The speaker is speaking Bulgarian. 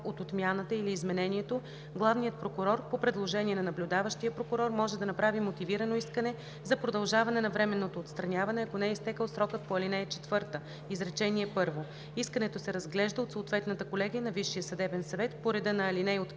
от отмяната или изменението, главният прокурор по предложение на наблюдаващия прокурор може да направи мотивирано искане за продължаване на временното отстраняване, ако не е изтекъл срокът по ал. 4, изречение първо. Искането се разглежда от съответната колегия на Висшия съдебен съвет по реда на ал. 1 – 3 в срок